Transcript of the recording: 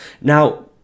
now